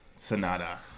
Sonata